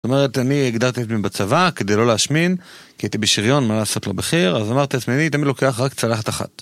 זאת אומרת, אני הגבלתי את עצמי בצבא כדי לא להשמין, כי הייתי בשיריון מה לעשות לא בחי"ר, אז אמרתי לעצמי, תמיד לוקח רק צלחת אחת.